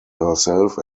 herself